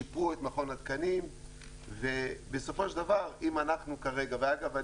שיפרו את מכון התקנים ובסופו של דבר אם אנחנו ואגב,